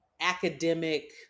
academic-